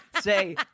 say